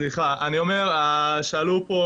בין היתר בשל ההתמודדות עם